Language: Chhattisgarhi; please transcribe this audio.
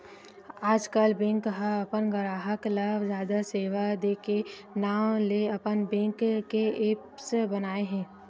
आजकल बेंक ह अपन गराहक ल जादा सेवा दे के नांव ले अपन बेंक के ऐप्स बनाए हे